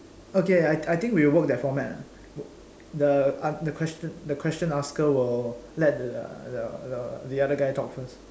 okay I I think we'll work that format lah the uh the question the question asker will let the the the the other guy talk first